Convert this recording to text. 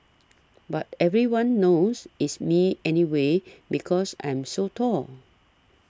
but everyone knows it's me anyways because I'm so tall